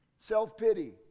Self-pity